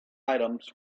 items